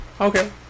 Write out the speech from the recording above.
Okay